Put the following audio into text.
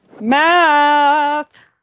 math